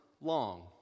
long